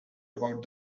about